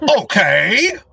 Okay